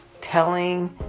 telling